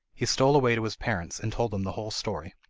he stole away to his parents, and told them the whole story.